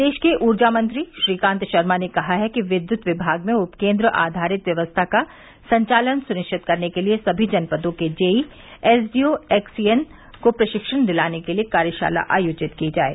प्रदेश के ऊर्जा मंत्री श्रीकांत शर्मा ने कहा है कि विद्युत विभाग में उपकेन्द्र आधारित व्यवस्था का संचालन सुनिश्चित करने के लिये सभी जनपदों के जेई एसडीओ एक्सईएन को प्रशिक्षण दिलाने के लिये कार्यशाला आयोजित की जाये